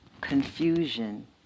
confusion